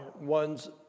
one's